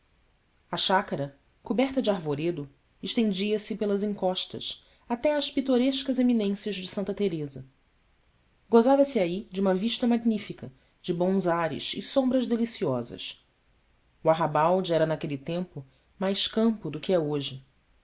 a chácara coberta de arvoredo estendia-se pelas encostas até as pitorescas eminências de santa teresa gozava se aí de uma vista magnífica de bons ares e sombras deliciosas o arrabalde era naquele tempo mais campo do que é hoje